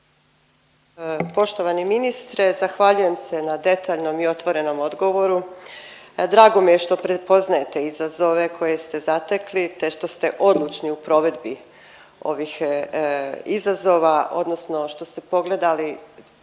Poštovani ministre, zahvaljujem se na detaljnom i otvorenom odgovoru. Drago mi je što prepoznajete izazove koje ste zatekli, te što ste odlučni u provedbi ovih izazova odnosno što ste pogledali,